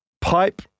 pipe